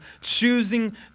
choosing